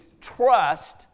trust